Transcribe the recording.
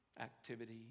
activity